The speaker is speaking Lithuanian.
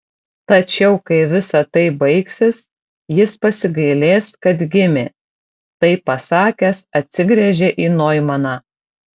tačiau kai visa tai baigsis jis pasigailės kad gimė tai pasakęs atsigręžė į noimaną